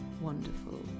Wonderful